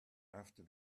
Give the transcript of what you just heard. after